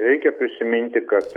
reikia prisiminti kad